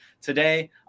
today